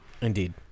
Indeed